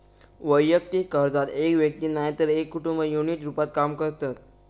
वैयक्तिक कर्जात एक व्यक्ती नायतर एक कुटुंब युनिट रूपात काम करतत